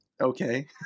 okay